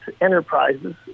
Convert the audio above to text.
enterprises